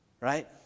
right